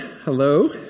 Hello